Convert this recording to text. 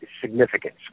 significance